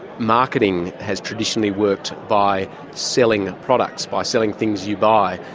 marketing has traditionally worked by selling products, by selling things you buy.